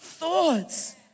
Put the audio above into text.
thoughts